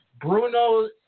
Bruno